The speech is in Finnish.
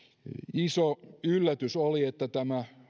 iso yllätys oli että tämä